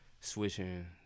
switching